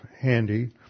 handy